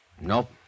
Nope